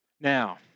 Now